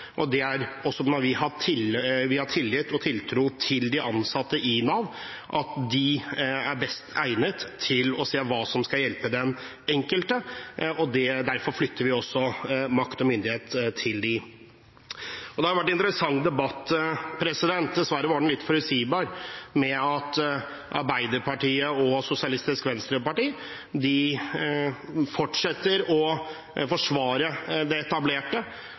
Vi har tillit og tiltro til de ansatte i Nav – at de er best egnet til å se hva som skal hjelpe den enkelte. Derfor flytter vi også makt og myndighet til dem. Det har vært en interessant debatt. Dessverre var den litt forutsigbar i og med at Arbeiderpartiet og Sosialistisk Venstreparti fortsetter å forsvare det etablerte.